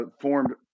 formed